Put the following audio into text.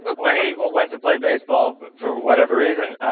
when he went to play baseball for whatever reason,